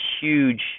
huge